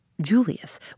Julius